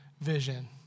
vision